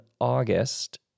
August